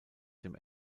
dem